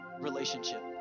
relationship